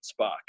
Spock